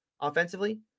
offensively